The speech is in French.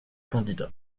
candidat